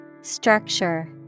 Structure